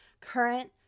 Current